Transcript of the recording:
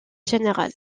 général